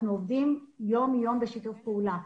אנחנו עובדים יום יום בשיתוף פעולה.